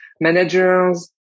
managers